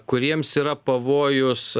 kuriems yra pavojus